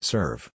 Serve